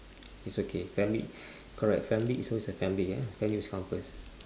it's okay family correct family is always a family yeah family always comes first